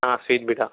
ஆ sweet பீடா